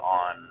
on